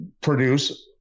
produce